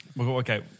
Okay